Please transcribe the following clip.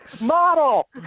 model